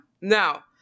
Now